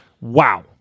Wow